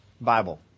Bible